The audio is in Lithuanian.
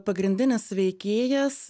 pagrindinis veikėjas